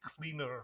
cleaner